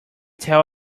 tell